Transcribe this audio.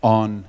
on